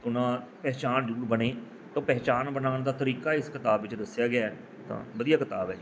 ਉਹ ਨਾਲ ਪਹਿਚਾਣ ਜ਼ਰੂਰ ਬਣੇ ਤਾਂ ਪਹਿਚਾਣ ਬਣਾਉਣ ਦਾ ਤਰੀਕਾ ਇਸ ਕਿਤਾਬ ਵਿੱਚ ਦੱਸਿਆ ਗਿਆ ਤਾਂ ਵਧੀਆ ਕਿਤਾਬ ਹੈ